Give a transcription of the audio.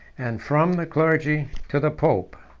and from the clergy to the pope.